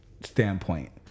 standpoint